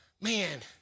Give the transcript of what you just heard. Man